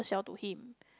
sell to him